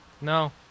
No